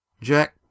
Jack